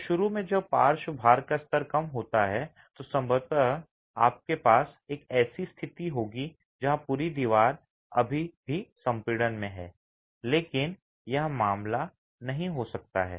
तो शुरू में जब पार्श्व भार का स्तर कम होता है तो संभवतः आपके पास एक ऐसी स्थिति होगी जहां पूरी दीवार अभी भी संपीड़न में है लेकिन यह मामला नहीं हो सकता है